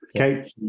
Okay